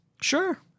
Sure